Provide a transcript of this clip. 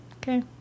Okay